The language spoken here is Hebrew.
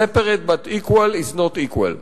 Separate but equal is not equal.